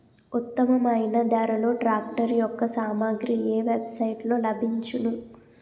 ఉత్తమమైన ధరలో ట్రాక్టర్ యెక్క సామాగ్రి ఏ వెబ్ సైట్ లో లభించును?